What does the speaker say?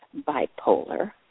bipolar